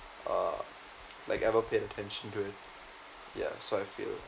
uh like ever paid attention to it ya so I feel